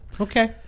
Okay